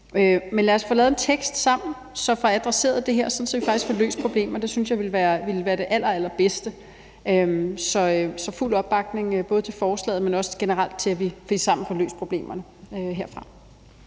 lad os få lavet en tekst sammen og få adresseret det her, sådan at vi faktisk får løst problemerne. Det synes jeg ville være det allerallerbedste. Så der er fuld opbakning både til forslaget, men også generelt til, at vi sammen får løst problemerne herfra.